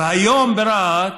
והיום ברהט